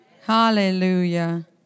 Hallelujah